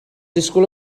disgwyl